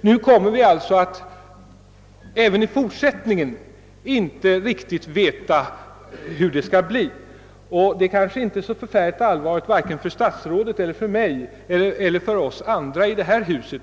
Nu kommer vi även i fortsättningen att sväva i ovisshet om hur det skall bli. Detta är kanske inte så allvarligt vare sig för statsrådet, för mig eller för andra i detta hus,